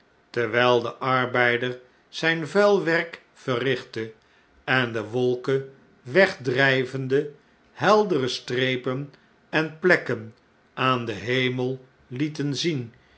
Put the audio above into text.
terwijl de arbeider zjjn vuil werk verrichtte en de wolken wegdrijvende heldere strepen en plekken aan den hemel lieten zien